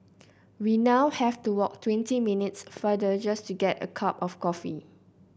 we now have to walk twenty minutes farther just to get a cup of coffee